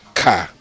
car